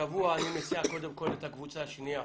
השבוע אני מסיע קודם כל את הקבוצה השנייה,